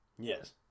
Yes